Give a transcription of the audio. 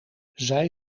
zij